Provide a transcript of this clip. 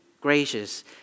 gracious